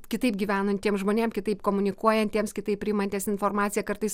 kitaip gyvenantiem žmonėm kitaip komunikuojantiems kitaip priimantiems informaciją kartais